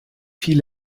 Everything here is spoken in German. viel